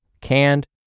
canned